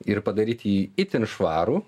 ir padaryti jį itin švarų